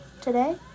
today